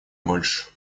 больше